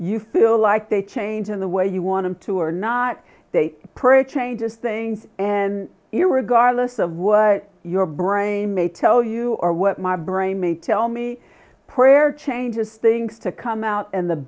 you feel like they change in the way you want to or not they pray changes things and you're regardless of what your brain may tell you or what my brain may tell me prayer changes things to come out in the